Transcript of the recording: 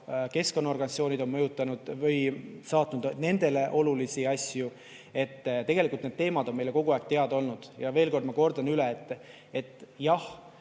keskkonnaorganisatsioonid on saatnud nendele olulisi asju. Tegelikult need teemad on meile kogu aeg teada olnud. Ja veel kord, ma kordan üle: jah,